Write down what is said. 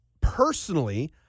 Personally